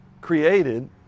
created